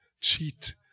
cheat